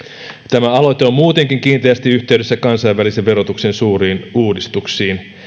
tämä aloite on muutenkin kiinteästi yhteydessä kansainvälisen verotuksen suuriin uudistuksiin